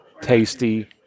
tasty